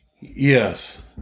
yes